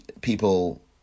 people